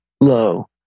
low